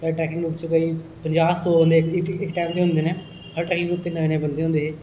साढ़े trekking group च कोई पजांह् सौ इक इक टैंम च होंदे ना हर ट्रैकिंग च नमें नमें बंदे होंदे हे